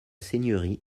seigneurie